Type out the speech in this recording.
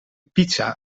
pizza